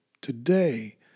today